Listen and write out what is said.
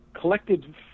collected